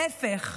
להפך,